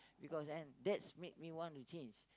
because and that's make me wanna change